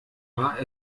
war